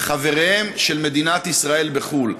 חבריה של מדינת ישראל בחו"ל.